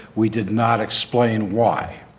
we did not explain why.